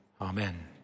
Amen